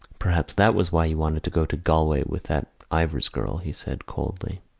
perhaps that was why you wanted to go to galway with that ivors girl? he said coldly.